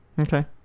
Okay